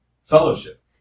Fellowship